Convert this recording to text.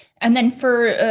and then for, ah,